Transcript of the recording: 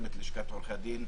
גם את לשכת עורכי הדין,